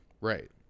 right